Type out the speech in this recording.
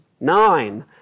nine